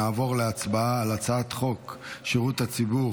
נעבור להצבעה על הצעת חוק שירות הציבור